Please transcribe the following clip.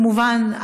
כמובן,